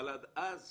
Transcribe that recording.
אבל עד אז